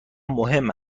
مهم